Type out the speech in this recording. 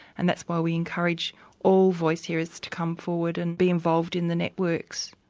and that's why we encourage all voice-hearers to come forward and be involved in the networks.